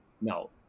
no